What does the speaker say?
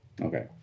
Okay